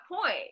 point